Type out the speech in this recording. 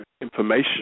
information